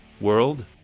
World